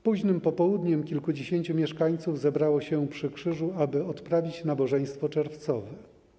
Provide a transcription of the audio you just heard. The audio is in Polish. Późnym popołudniem kilkudziesięciu mieszkańców zebrało się przy krzyżu, aby odprawić nabożeństwo czerwcowe.